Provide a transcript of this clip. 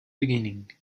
beginning